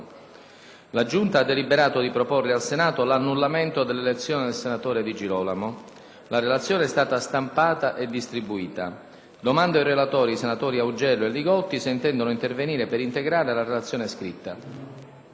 La Giunta ha deliberato di proporre al Senato l'annullamento dell'elezione del senatore Di Girolamo. La relazione è stata stampata e distribuita. Chiedo ai relatori, senatori Augello e Li Gotti, se intendono intervenire per integrare la relazione scritta.